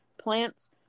plants